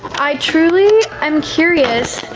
i truly am curious